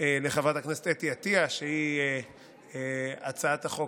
לחברת הכנסת אתי עטייה, שהצעת החוק